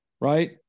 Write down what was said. right